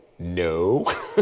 No